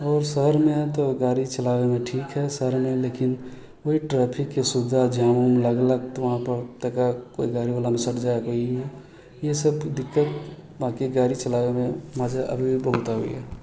आओर शहरमे तऽ गाड़ी चलाबैमे ठीक है शहरमे लेकिन ओइ ट्रैफिकके सुविधा जाम उम लगलक तऽ वहाँपर तकर कोइ गाड़ीवला मे सटि जाइ तऽ इहे सब दिक्कत बाकी गाड़ी चलाबैमे मजा अभी भी बहुत आबैए